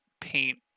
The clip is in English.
paint